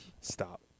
Stop